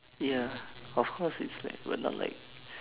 ya of course it's like we're not like